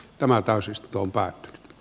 näissä asioissa